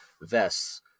vests